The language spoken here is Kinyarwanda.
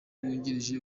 wungirije